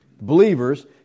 believers